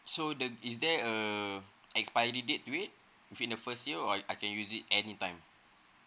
so the is there uh expiry date to it within a first year or I I can use it any time